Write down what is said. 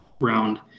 round